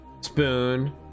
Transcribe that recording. Spoon